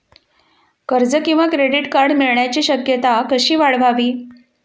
कर्ज किंवा credit card मिळण्याची शक्यता कशी वाढवावी?